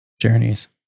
journeys